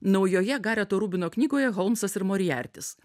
naujoje gareto rubino knygoje holmsas ir moriartis